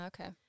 Okay